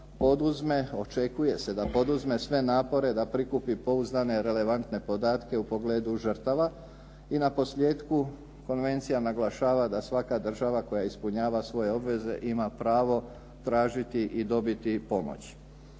očekuje se da poduzme sve napore da prikupi pouzdane, relevantne podatke u pogledu žrtava. I na posljetku konvencija naglašava da svaka država koja ispunjava svoje obveze ima pravo tražiti i dobiti pomoć.